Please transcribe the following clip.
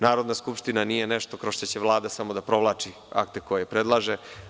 Narodna skupština nije nešto kroz šta će Vlada samo nešto da provlači akte koje predlaže.